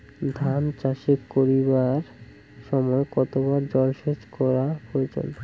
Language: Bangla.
ধান চাষ করিবার সময় কতবার জলসেচ করা প্রয়োজন?